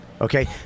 Okay